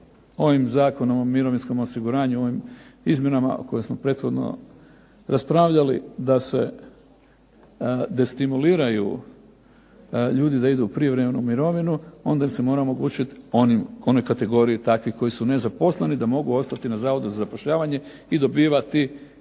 ovim Zakonom o mirovinskom osiguranju, ovim izmjenama o kojima smo prethodno raspravljali da se destimuliraju ljudi da idu u prijevremenu mirovinu, onda im se mora omogućiti u onoj kategoriji takvi koji su nezaposleni da mogu ostati na zavodu za zapošljavanje i dobiti naknadu,